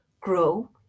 grow